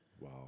Wow